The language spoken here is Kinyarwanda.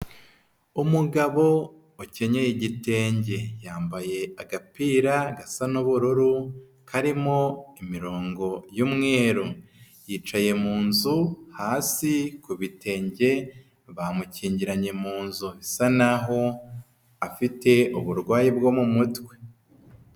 Umugabo wakenyeye igitenge, yambaye agapira gasa n'ubururu, karimo imirongo y'umweru, yicaye mu nzu hasi, ku bitenge, bamukingiranye mu nzu, asa naho afite uburwayi bwo mu mutwe.